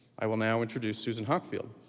i will now introduce susan hockfield,